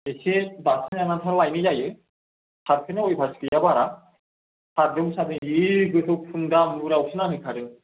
एसे बाथोन जानो आन्था लायनाय जायो सारफेरनाय अयबास गैया बारा सारदोंबो सारदों जि गोथौ खुन्दा मुरायावसो नांहैखादों